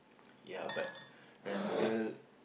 ya but rental